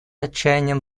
отчаянием